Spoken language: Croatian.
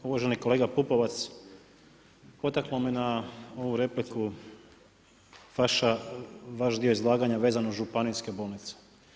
Uvaženi kolega Pupovac, potaknulo me na ovu repliku vaš dio izlaganja vezan uz županijske bolnice.